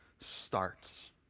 starts